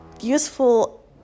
useful